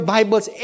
Bibles